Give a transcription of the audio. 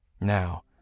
Now